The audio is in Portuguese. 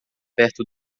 perto